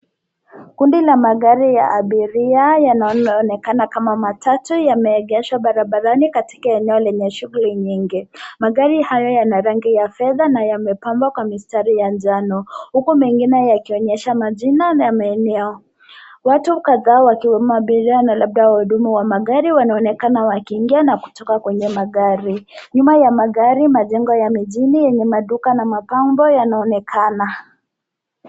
Kundi la magari ya abiria yanoonekana kama matatu yameegeshwa barabarani katika eneo lenye shughuli nyingi. Magari hayo yana rangi ya fedha na yamepambwa kwa mistari ya njano huku mengine yakionyesha majina ya maeneo. Watu kadhaa wakiwemo abiria na labda wahudumu wa magari wanaonekana wakiingia na kutoka kwenye magari. Nyuma ya magari, majengo ya mjini yenye maduka na mapambo yanaonekana.